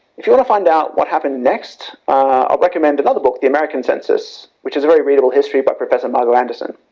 if you want to find out what happened next, i recommend another book the american census which is a very readable history by professor michael anderson,